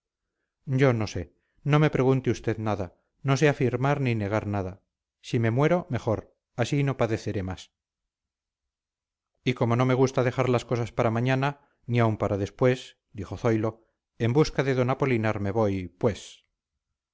yo no sé no me pregunte usted nada no sé afirmar ni negar nada si me muero mejor así no padeceré más y como no me gusta dejar las cosas para mañana ni aun para después dijo zoilo en busca de d apolinar me voy pues